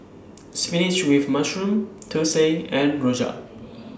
Spinach with Mushroom Thosai and Rojak